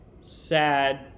sad